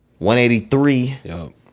183